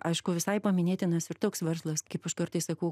aišku visai paminėtinas ir toks verslas kaip aš kartais sakau